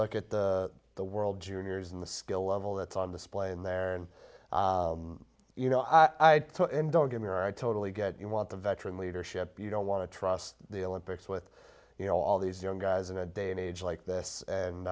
look at the world juniors and the skill level that's on display in there and you know i don't give your i totally get you want the veteran leadership you don't want to trust the olympics with you know all these young guys in a day and age like this